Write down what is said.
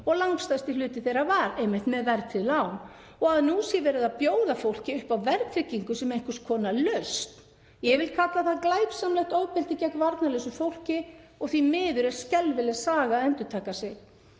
og langstærstur hluti þeirra var einmitt með verðtryggð lán, að nú sé verið að bjóða fólki upp á verðtryggingu sem einhvers konar lausn. Ég vil kalla það glæpsamlegt ofbeldi gegn varnarlausu fólki og því miður er skelfileg saga að endurtaka sig.